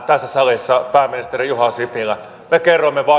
tässä salissa pääministeri juha sipilä me kerromme